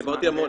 דיברתי המון,